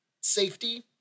safety